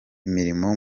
imirimo